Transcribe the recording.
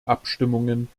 abstimmungen